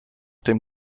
dem